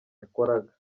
yakoraga